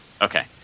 Okay